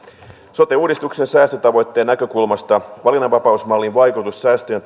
sote uudistuksen säästötavoitteen näkökulmasta valinnanvapausmallin vaikutus säästöjen